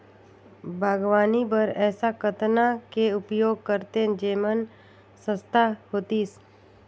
बागवानी बर ऐसा कतना के उपयोग करतेन जेमन सस्ता होतीस?